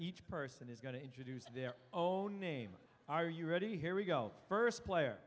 each person is going to introduce their own name are you ready here we go first player